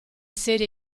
serie